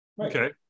Okay